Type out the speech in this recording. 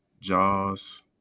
Jaws